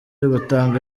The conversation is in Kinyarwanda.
batanga